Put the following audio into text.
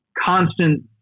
constant